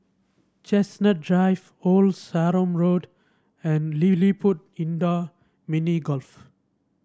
Chestnut Drive Old Sarum Road and LilliPutt Indoor Mini Golf